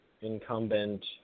incumbent